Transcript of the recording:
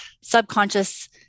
subconscious